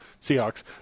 Seahawks